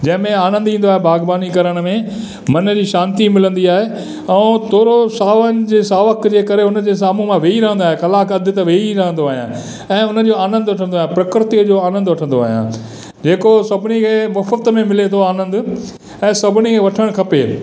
जंहिंमें आनंदु ईंदो आ्हे बाग़बानी करण में मन जी शांती मिलंदी आहे ऐं थोरो सावन जे सावक जे करे उन जे साम्हूं मां वेही रहंदो आहियां कलाकु अधु त वेही ई रहंदो आहियां ऐं उन्हनि जो आनंदु वठंदो आहियां प्रकृतिअ जो आनंदु वठंदो आहियां जेको सभिनी खे मुफ़्त में मिले थो आनंदु ऐं सभिनी खे वठणु खपे